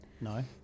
No